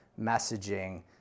messaging